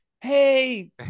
Hey